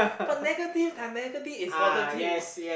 but negative times negative is positive